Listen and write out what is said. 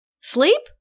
Sleep